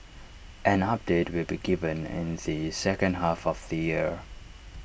an update will be given in the second half of the year